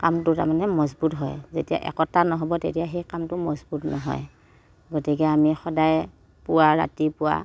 কামটো তাৰমানে মজবুত হয় যেতিয়া একতা নহ'ব তেতিয়া সেই কামটো মজবুত নহয় গতিকে আমি সদায় পুৱা ৰাতিপুৱা